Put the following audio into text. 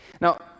Now